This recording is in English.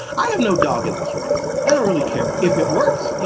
i have no dog in this race. i don't really care. if it works, yeah